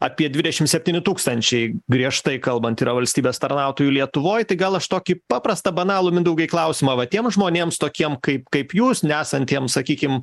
apie dvidešim septyni tūkstančiai griežtai kalbant yra valstybės tarnautojų lietuvoj tai gal aš tokį paprastą banalų mindaugai klausimą va tiem žmonėms tokiem kaip kaip jūs nesantiem sakykim